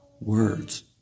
words